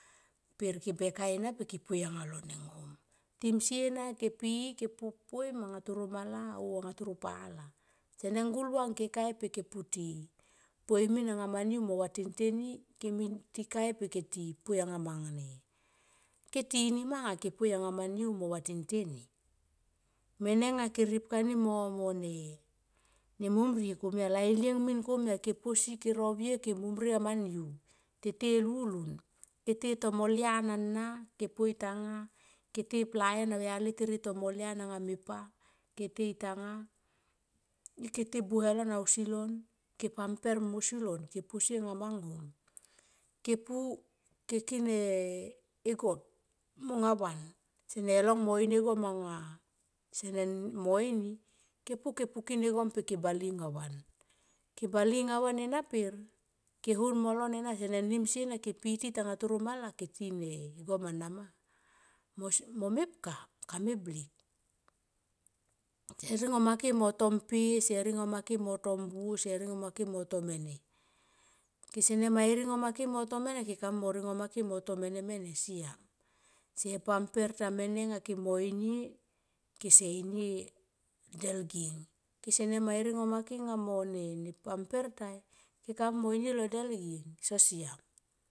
Per ge be kai ena ke poi anga lo ne hum timsie na ke pi i ke poi ma anga toro mala oh ana toro pala. Sene gulvang ke kai pe ke puti poi min anga ma niu mo vaten teni ke mi ti kai poi monga ma ke tini ma anga ke poi anga ma niu mo vate tei. Mene nga ti ripkani mone mom rie kona lai lieng min komia ke rovie ke posie ke mom rie anga ma niu ke te e tamo lian ana ke poi. Tanga ke te plaen au yali tere tomo lian anga me pa ke tei tanga ike te buhe lo ausi lo ke pam per mosie lon ke posie monga ma hum ke pu ke kin e gom monga van sene long mo in e gom anga sene mo ini ke pu kin e gom pe ka bali anga van. Ke bali anga van ena per ke hon molon en sene nim sie na ke piti tanga toro mala ke tin e gom ana ma, mo mepka ka me blik, se ringo make mo to mpe se ringoma ke mo to mbuo se ringoma ke mo to mene kese ma i rongo make mo to mene mene se pember ta mene mo inie kese inie del geng. Kese ne ma iringo ma ke mo ne mpa mpet tai ke ka mui mo inie lo del geng siam